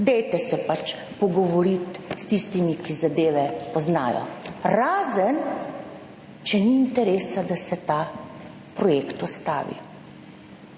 dajte se pogovoriti s tistimi, ki zadeve poznajo, razen če ni interesa, da se ta projekt ustavi.